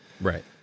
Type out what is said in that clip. Right